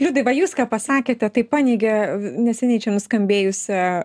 liudai va jūs ką pasakėte tai paneigia neseniai čia nuskambėjusią